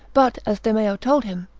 but as demeo told him,